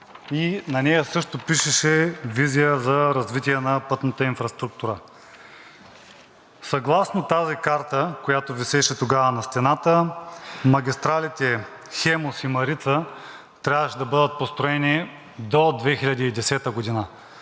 и на нея също пишеше: „Визия за развитие на пътната инфраструктура“. Съгласно тази карта, която висеше тогава на стената, магистралите „Хемус“ и „Марица“ трябваше да бъдат построени до 2010 г., а